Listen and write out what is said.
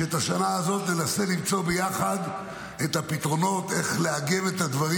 כשלגבי השנה הזאת ננסה למצוא ביחד את הפתרונות איך לעגן את הדברים